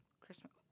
Christmas